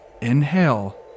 inhale